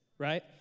right